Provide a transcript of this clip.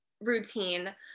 routine